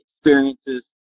experiences